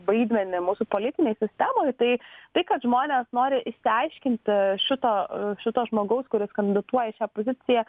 vaidmenį mūsų politinėj sistemoj tai tai kad žmonės nori išsiaiškinti šito šito žmogaus kuris kandidatuoja į šią poziciją